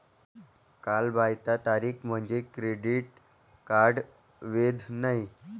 कालबाह्यता तारीख म्हणजे क्रेडिट कार्ड वैध नाही